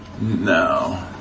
No